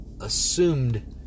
assumed